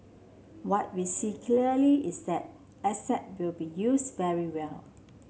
what we see clearly is that asset will be used very well